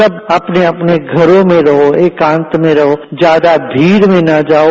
सब अपने अपने घरों में रहो एकांत में रहो ज्यादा भीड़ में न जाओं